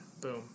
Boom